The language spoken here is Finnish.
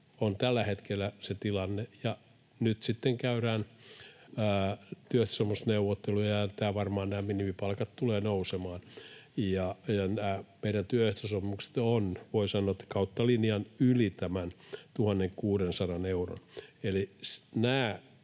tällä hetkellä. Ja nyt sitten käydään työehtosopimusneuvotteluja ja varmaan nämä minimipalkat tulevat nousemaan. Ja nämä meidän työehtosopimukset ovat, voi sanoa kautta linjan, yli tämän 1 600 euron.